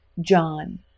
John